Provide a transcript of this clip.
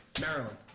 Maryland